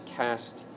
cast